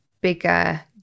bigger